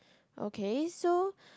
okay so